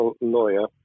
lawyer